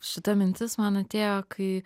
šita mintis man atėjo kai